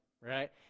Right